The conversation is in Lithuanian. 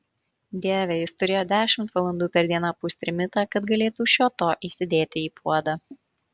dieve jis turėjo dešimt valandų per dieną pūst trimitą kad galėtų šio to įsidėti į puodą